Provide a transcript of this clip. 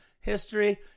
history